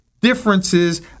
differences